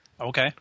Okay